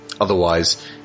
Otherwise